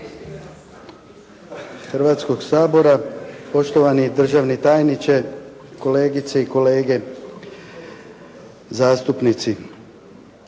Hrvatskog sabora, poštovani državni tajniče, kolegice i kolege zastupnici.